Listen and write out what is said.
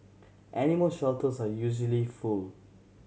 animal shelters are usually full